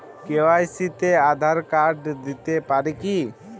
KYC তে Aadhaar card দিতে পারি কি?